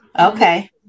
Okay